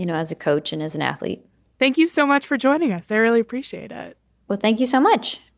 you know as a coach and as an athlete thank you so much for joining us. i really appreciate ah it well, thank you so much